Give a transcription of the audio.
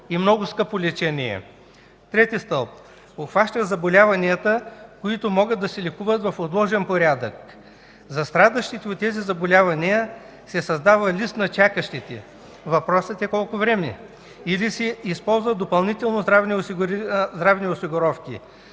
и много скъпо лечение. Трети стълб: обхваща заболяванията, които могат да се лекуват в отложен порядък. За страдащите от тези заболявания се създава лист на чакащите, въпросът е колко време – или се използват допълнително здравни осигуровки.